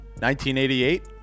1988